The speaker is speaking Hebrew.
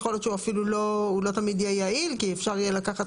יכול להיות שהוא אפילו לא תמיד יהיה יעיל כי אפשר יהיה לקחת